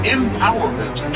Empowerment